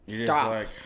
stop